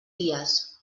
dies